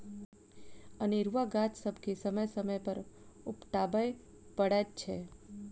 अनेरूआ गाछ सभके समय समय पर उपटाबय पड़ैत छै